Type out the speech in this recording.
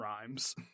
rhymes